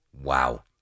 Wow